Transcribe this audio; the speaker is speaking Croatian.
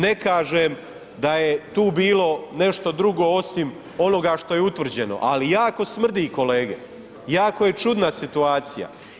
Ne kažem da je tu bilo nešto drugo osim onoga što je utvrđeno, ali jako smrdi kolege, jako je čudna situacija.